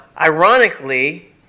ironically